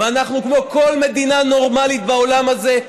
ואנחנו כמו כל מדינה נורמלית בעולם הזה,